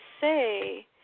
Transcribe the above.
say